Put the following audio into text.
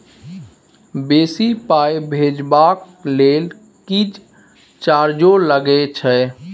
बेसी पाई भेजबाक लेल किछ चार्जो लागे छै?